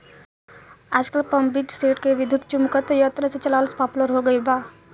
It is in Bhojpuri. आजकल पम्पींगसेट के विद्युत्चुम्बकत्व यंत्र से चलावल पॉपुलर हो गईल बा